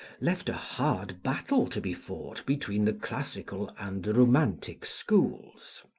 left a hard battle to be fought between the classical and the romantic schools.